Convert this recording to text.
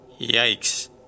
Yikes